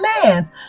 commands